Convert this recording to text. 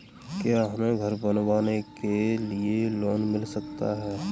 क्या हमें घर बनवाने के लिए लोन मिल सकता है?